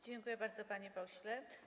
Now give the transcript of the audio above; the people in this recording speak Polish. Dziękuję bardzo, panie pośle.